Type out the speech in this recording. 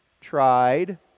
tried